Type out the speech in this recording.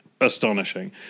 astonishing